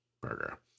burger